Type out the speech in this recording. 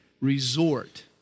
resort